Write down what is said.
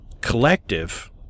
collective